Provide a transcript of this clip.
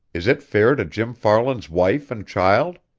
is it fair to jim farland's wife and child?